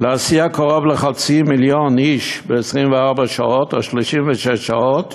להסיע קרוב לחצי מיליון איש ב-24 שעות או ב-36 שעות